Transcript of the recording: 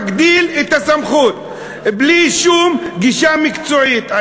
מגדיל את הסמכות בלי שום גישה מקצועית.